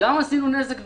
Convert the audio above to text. גם עשינו נזק,